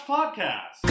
Podcast